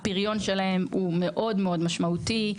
הפריון שלהן הוא מאוד מאוד משמעותי,